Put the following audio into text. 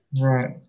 Right